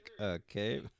Okay